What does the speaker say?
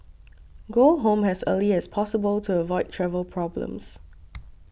go home as early as possible to avoid travel problems